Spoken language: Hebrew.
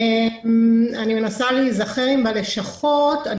אני מנסה להיזכר אם בלשכות.